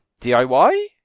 DIY